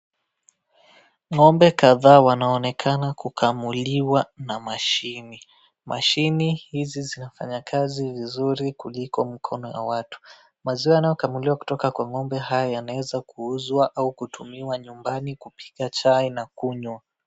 Ng'ombe kadhaa wanaonekana kukamuliwa na mashini. Mashini hizi zinafanya kazi vizuri kuliko mikono ya watu. Maziwa yanayo kamuliwa kwa ng'ombe haya yanaweza kuuzwa au kutumiwa nyumbani kupika chai na kunywa.